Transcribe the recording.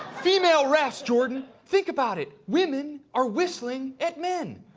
female refs, jordan, think about it. women are whistling at men.